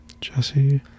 Jesse